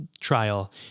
trial